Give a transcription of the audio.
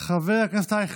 חבר הכנסת אייכלר,